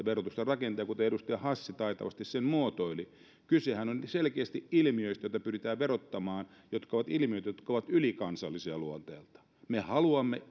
verotusta rakentaa kuten edustaja hassi taitavasti sen muotoili kysehän on selkeästi ilmiöistä joita pyritään verottamaan jotka ovat ilmiöitä jotka ovat ylikansallisia luonteeltaan me haluamme